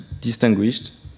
distinguished